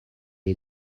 est